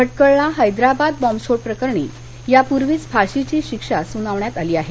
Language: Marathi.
भटकळला हैद्राबाद बॅम्बस्फोट प्रकरणी यापूर्वीच फाशीची शिक्षा सुनावण्यात आली आहे